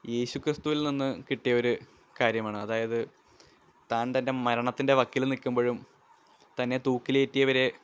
യേശു ക്രിസ്തുവിൽ നിന്ന് കിട്ടിയൊരു കാര്യമാണ് അതായത് താൻ തൻ്റെ മരണത്തിൻ്റെ വക്കിൽ നില്ക്കുമ്പോഴും തന്നെ തൂക്കിലേറ്റിയവരെ